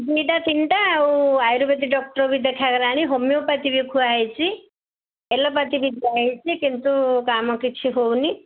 ଦୁଇଟା ତିନଟା ଆଉ ଆୟୁର୍ବେଦିକ ଡକ୍ଟର୍ ବି ଦେଖା ହେଲାଣି ହୋମିଓପାଥି ବି ଖୁଆ ହେଇଛି ଏଲୋପାତି ବି ଦିଆ ହେଇଛି କିନ୍ତୁ କାମ କିଛି ହେଉନି